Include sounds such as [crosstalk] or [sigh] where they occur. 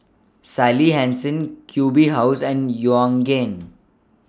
[noise] Sally Hansen Q B House and Yoogane